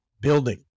building